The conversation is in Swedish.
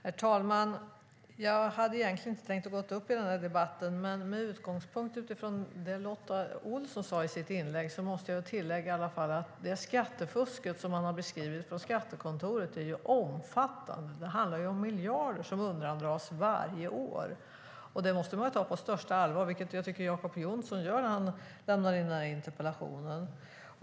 Herr talman! Jag hade egentligen inte tänkt gå upp i den här debatten, men med utgångspunkt i det Lotta Olsson sade i sitt inlägg måste jag tillägga att det skattefusk som man har beskrivit på skattekontoret är omfattande. Det handlar om miljarder som undandras varje år. Det måste man ta på största allvar, vilket jag tycker att Jacob Johnson gör i den här interpellationen.